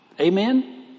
Amen